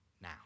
now